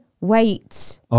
wait